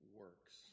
works